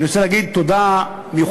אני רוצה להגיד תודה מיוחדת,